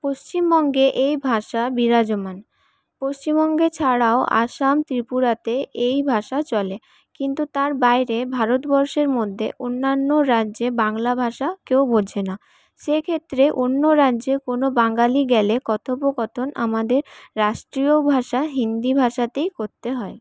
পশ্চিমবঙ্গে এই ভাষা বিরাজমান পশ্চিমবঙ্গ ছাড়াও আসাম ত্রিপুরাতে এই ভাষা চলে কিন্তু তার বাইরে ভারতবর্ষের মধ্যে অন্যান্য রাজ্যে বাংলা ভাষা কেউ বোঝে না সেক্ষেত্রে অন্য রাজ্যে কোনো বাঙালি গেলে কথোপকথন আমাদের রাষ্ট্রীয় ভাষা হিন্দি ভাষাতেই করতে হয়